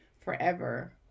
forever